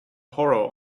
horror